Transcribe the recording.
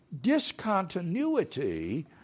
discontinuity